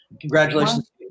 Congratulations